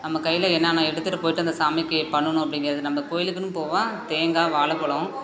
நம்ம கையில் என்னன்ன எடுத்துட்டு போய்ட்டு அந்த சாமிக்கு பண்ணணும் அப்படிங்கறது நம்ம கோவிலுக்குன்னு போவோம் தேங்காய் வாழைப்பலம்